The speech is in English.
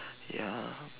ya